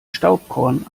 staubkorn